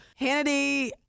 Hannity